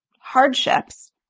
hardships